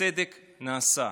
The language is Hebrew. הצדק נעשה.